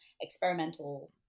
experimental